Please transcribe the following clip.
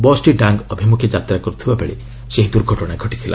ବସ୍ଟି ଡାଙ୍ଗ ଅଭିମୁଖେ ଯାତ୍ରା କରୁଥିବାବେଳେ ଏହି ଦୁର୍ଘଟଣା ଘଟିଥିଲା